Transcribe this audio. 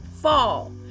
fall